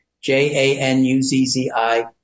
J-A-N-U-Z-Z-I